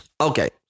Okay